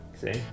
See